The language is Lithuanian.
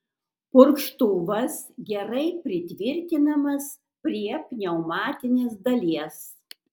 purkštuvas gerai pritvirtinamas prie pneumatinės dalies